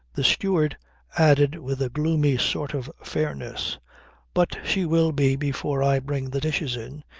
the steward added with a gloomy sort of fairness but she will be before i bring the dishes in.